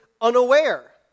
unaware